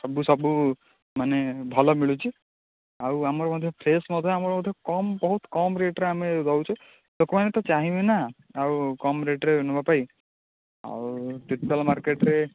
ସବୁ ସବୁ ମାନେ ଭଲ ମିଳୁଛି ଆଉ ଆମର ମଧ୍ୟ ଫ୍ରେଶ ମଧ୍ୟ ଆମର ମଧ୍ୟ କାମ ବହୁତ କମ ରେଟରେ ଆଉ ଦେଉଛେ ଲୋକମାନେ ତ ଚାହିଁବେ ନା ଆଉ କମ ରେଟରେ ନେବା ପାଇଁ ଆଉ ତିର୍ତ୍ତୋଲ ମାର୍କେଟରେ